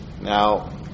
Now